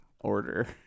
order